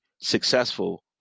successful